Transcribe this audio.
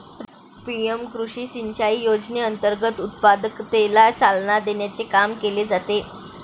PM कृषी सिंचाई योजनेअंतर्गत उत्पादकतेला चालना देण्याचे काम केले जाते